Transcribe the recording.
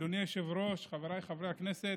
אדוני היושב-ראש, חבריי חברי הכנסת,